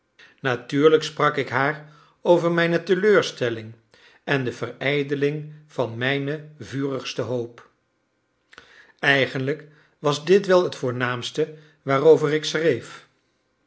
natuurlijk sprak ik haar over mijne teleurstelling en de verijdeling van mijne vurigste hoop eigenlijk was dit wel het voornaamste waarover ik schreef